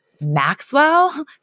Maxwell